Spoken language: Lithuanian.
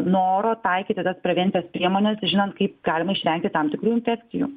noro taikyti tas prevencines priemones žinant kaip galima išvengti tam tikrų infekcijų